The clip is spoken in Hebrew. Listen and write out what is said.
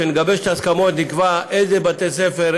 כשנגבש את ההסכמות נקבע איזה בתי ספר,